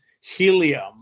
Helium